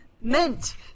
mint